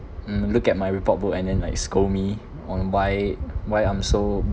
mm look at my report book and then like scold me on why why I'm so